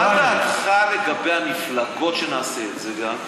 מה דעתך לגבי המפלגות, שנעשה את זה גם?